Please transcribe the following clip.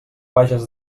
vages